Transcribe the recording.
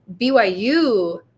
BYU